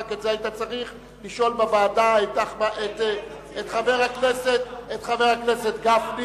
ורק את זה היית צריך לשאול בוועדה את חבר הכנסת גפני.